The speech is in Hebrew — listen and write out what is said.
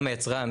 גם היצרן,